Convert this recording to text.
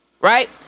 right